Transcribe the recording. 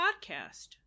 podcast